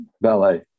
ballet